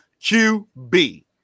QB